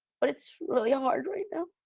but it's really hard right now,